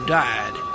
died